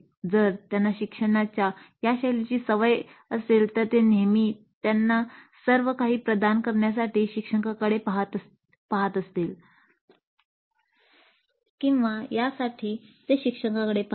जर त्यांना शिक्षणाच्या या शैलीची सवय असेल तर ते नेहमीच त्यांना सर्व काही प्रदान करण्यासाठी शिक्षकांकडे पहातील